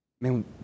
Man